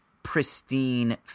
pristine